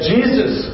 Jesus